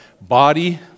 body